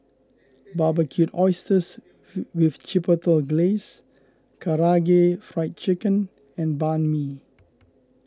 Barbecued Oysters with Chipotle Glaze Karaage Fried Chicken and Banh Mi